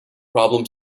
problem